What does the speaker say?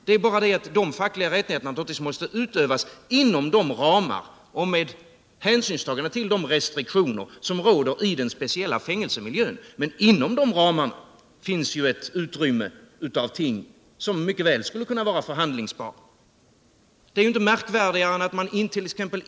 Det är bara det att dessa fackliga rättigheter måste utövas inom de ramar och med hänsynstagande till de restriktioner som råder i den speciella fängelsemiljön. Men inom dessa ramar finns ett utrymme av sådant, som mycket väl skulle kunna vara förhandlingsbart. Det är inte märkvärdigare än att mant.ex.